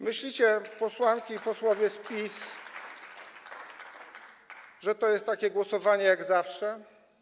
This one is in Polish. Myślicie, posłanki i posłowie z PiS, że to jest takie głosowanie jak zawsze?